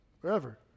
Wherever